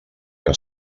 que